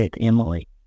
Emily